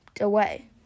away